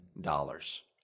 dollars